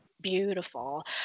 beautiful